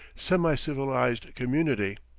semi-civilized community.